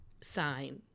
sign